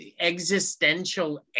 existential